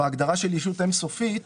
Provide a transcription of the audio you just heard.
בהגדרה של "ישות אין סופית",